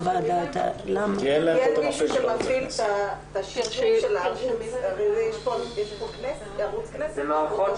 והוא העביר לנו את המסמך שהוא העביר לכל משרדי הממשלה לגבי ההשלכות על